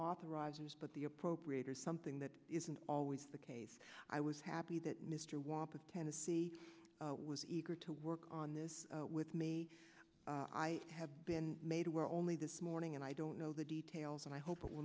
authorizes but the appropriators something that isn't always the case i was happy that mr wop of tennessee he was eager to work on this with me i have been made aware only this morning and i don't know the details and i hope it will